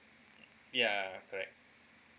ya correct